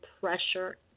pressure